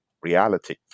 reality